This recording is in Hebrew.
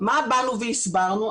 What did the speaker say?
מה באנו והסברנו?